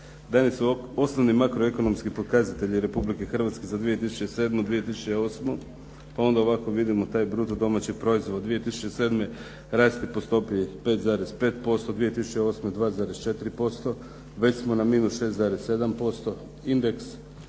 dani su osnovni makroekonomski pokazatelji Republike Hrvatske za 2007./2008. pa onda ovako vidimo taj brutodomaći proizvod 2007. raste po stopi 5,5%, 2008. 2,4%. Već smo na minus 6,7%,